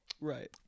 Right